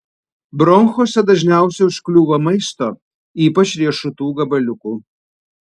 bronchuose dažniausiai užkliūva maisto ypač riešutų gabaliukų